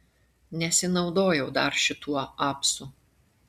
nesinaudojau dar šituo apsu